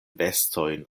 vestojn